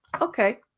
okay